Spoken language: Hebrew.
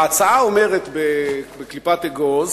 ההצעה אומרת, בקליפת אגוז,